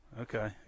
Okay